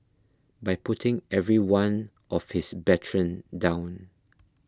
by putting every one of his brethren down